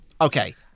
Okay